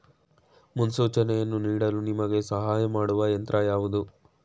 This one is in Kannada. ಮುನ್ಸೂಚನೆಯನ್ನು ನೀಡಲು ನಿಮಗೆ ಸಹಾಯ ಮಾಡುವ ಯಂತ್ರ ಯಾವುದು?